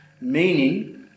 Meaning